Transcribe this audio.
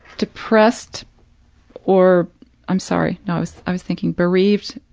depressed or i'm sorry, no so i was thinking bereaved,